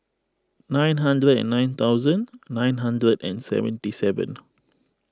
nine hundred and nine thousand nine hundred and seventy seven